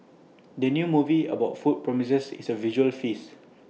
the new movie about food promises is A visual feast